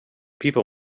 people